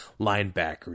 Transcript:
linebacker